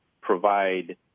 provide